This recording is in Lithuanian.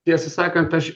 tiesą sakant aš